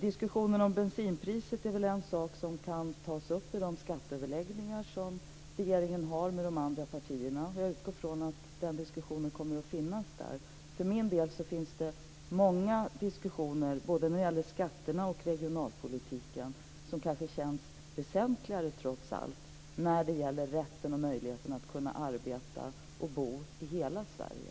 Diskussionen om bensinpriset är väl en sak som kan tas upp i de skatteöverläggningar som regeringen har med de andra partierna. Jag utgår från att den diskussionen kommer att finnas där. För min del känns trots allt många andra diskussioner både om skatterna och om regionalpolitiken väsentligare när det gäller möjligheterna att arbeta och bo i hela Sverige.